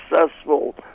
successful